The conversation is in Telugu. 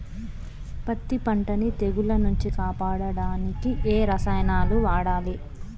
పత్తి పంటని తెగుల నుంచి కాపాడడానికి ఏ రసాయనాలను వాడాలి?